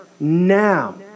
Now